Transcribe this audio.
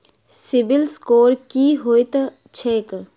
CIBIL score की होइत छैक?